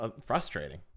frustrating